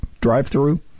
drive-through